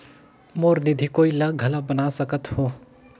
मोर निधि कोई ला घल बना सकत हो?